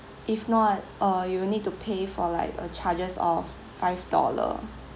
if not uh you will need to pay for like a charges of five dollar